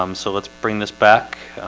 um so let's bring this back